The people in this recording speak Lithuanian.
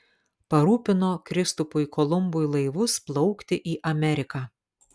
parūpino kristupui kolumbui laivus plaukti į ameriką